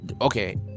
okay